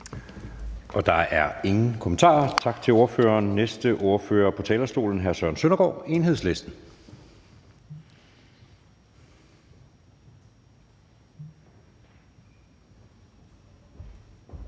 Der er ingen korte bemærkninger. Tak til ordføreren. Den næste ordfører på talerstolen er hr. Søren Søndergaard, Enhedslisten.